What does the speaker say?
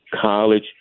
college